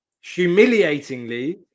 humiliatingly